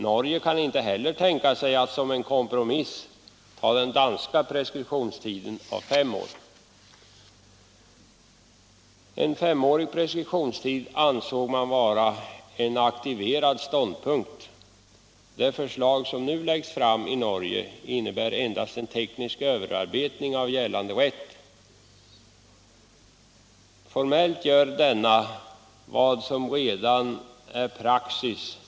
Norge kan inte heller tänka sig att som en kompromiss acceptera den danska preskriptionstiden på fem år. En femårig preskriptionstid ansåg man vara en ”antikvert” ståndpunkt. Det förslag som nu läggs fram i Norge innebär endast en teknisk överarbetning av gällande rätt. Formellt gör man där till huvudregel vad som redan är praxis.